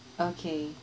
okay